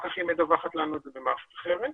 כך היא מדווחת לנו על כך במערכת אחרת,